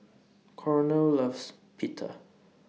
Cornel loves Pita